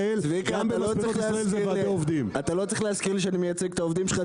אתה לא צריך להזכיר לי שאני מייצג את העובדים שלך.